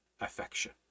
affection